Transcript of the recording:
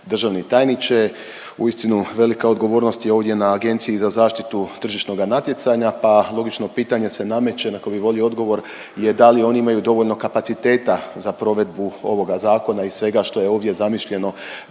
državni tajniče. Uistinu velika odgovornost je ovdje na Agenciji za zaštitu tržišnoga natjecanja pa logično pitanje se nameće na koji bi volio odgovor je da li oni imaju dovoljno kapaciteta za provedbu ovoga zakona i svega što je ovdje zamišljeno